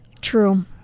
True